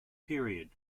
period